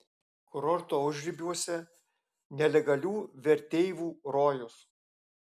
kurorto užribiuose nelegalių verteivų rojus